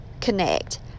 connect